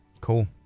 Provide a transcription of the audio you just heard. Cool